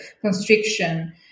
constriction